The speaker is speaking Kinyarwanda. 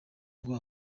ngo